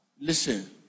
listen